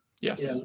Yes